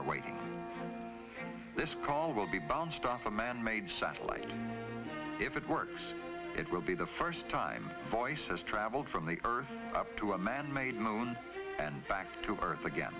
are waiting this call will be bounced off a manmade satellite if it works it will be the first time voices travelled from the earth to a manmade moon and back to earth again